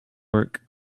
work